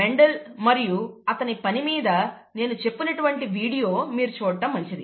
Mendel మరియు అతని పనిమీద నేను చెప్పినటువంటి వీడియో మీరు చూడడం మంచిది